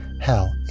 Hell